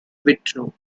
vitro